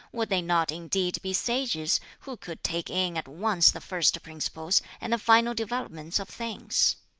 would they not indeed be sages, who could take in at once the first principles and the final developments of things?